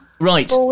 Right